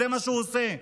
זה מה שהוא עושה.